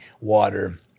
water